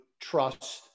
trust